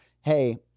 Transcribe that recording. Hey